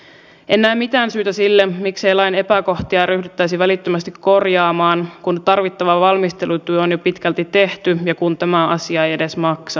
en näe mitään syytä sille miksei lain epäkohtia ryhdyttäisi välittömästi korjaamaan kun tarvittava valmistelutyö on jo pitkälti tehty ja kun tämä asia ei edes maksa mitään